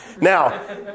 Now